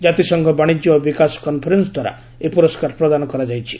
ଜାତିସଂଘ ବାଣିଜ୍ୟ ଓ ବିକାଶ କନ୍ଫରେନ୍ସ ଦ୍ୱାରା ଏହି ପୁରସ୍କାର ପ୍ରଦାନ କରାଯାଇଛି